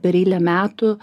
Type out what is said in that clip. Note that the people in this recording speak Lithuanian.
per eilę metų